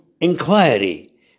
inquiry